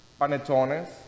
Panetones